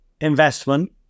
investment